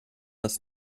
das